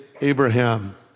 Abraham